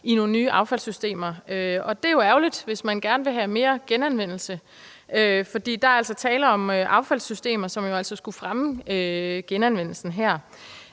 i nogle nye affaldssystemer. Og det er jo ærgerligt, hvis man gerne vil have mere genanvendelse, for der er altså tale om affaldssystemer, som skulle fremme genanvendelsen.